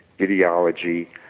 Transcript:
ideology